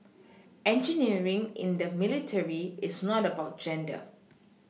engineering in the military is not about gender